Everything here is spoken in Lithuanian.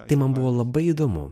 tai man buvo labai įdomu